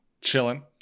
Chilling